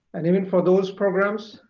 and even for those programs,